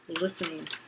listening